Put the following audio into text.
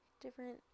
different